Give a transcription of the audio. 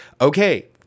okay